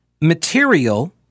Material